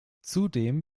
zudem